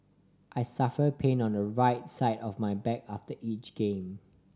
I suffer pain on the right side of my back after each game